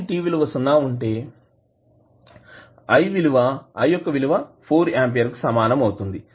time t విలువ సున్నా ఉంటె విలువ i యొక్క విలువ 4 ఆంపియర్ కు సమానం అవుతుంది